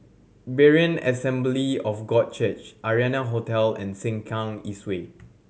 Berean Assembly of God Church Arianna Hotel and Sengkang East Way